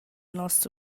nossa